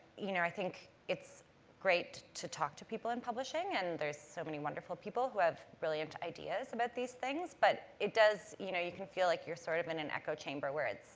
you know, i think it's great to talk to people in publishing and there's so many wonderful people who have brilliant ideas about these things. but, it does, you know, you can feel like you're sort of in an echo chamber where it's,